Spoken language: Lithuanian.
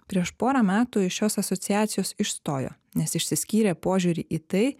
prieš porą metų iš šios asociacijos išstojo nes išsiskyrė požiūrį į tai